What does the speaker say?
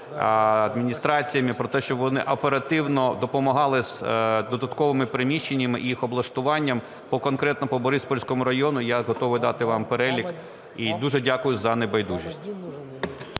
адміністраціями про те, щоб вони оперативно допомагали з додатковими приміщеннями і їх облаштуванням. Конкретно по Бориспільському району я готовий дати вам перелік, і дуже дякую за небайдужість.